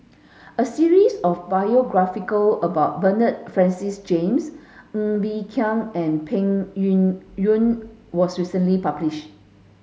a series of biographical about Bernard Francis James Ng Bee Kia and Peng Yuyun was recently publish